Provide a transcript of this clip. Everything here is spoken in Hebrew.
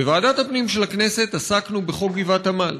בוועדת הפנים של הכנסת עסקנו בחוק גבעת עמל,